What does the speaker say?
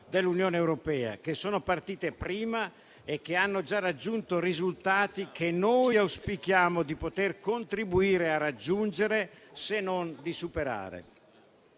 dell'Unione europea, che sono partite prima e hanno già raggiunto risultati che noi auspichiamo di contribuire a raggiungere, se non di superare.